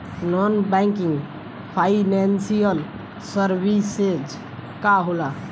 Non banking financial services का होला?